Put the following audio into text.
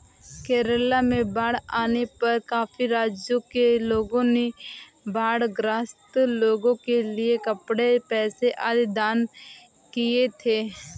केरला में बाढ़ आने पर काफी राज्यों के लोगों ने बाढ़ ग्रस्त लोगों के लिए कपड़े, पैसे आदि दान किए थे